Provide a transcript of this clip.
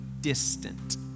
distant